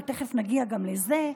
תכף נגיע גם לזה.